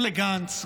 גם לגנץ,